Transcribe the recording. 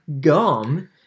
gum